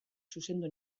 zuzendu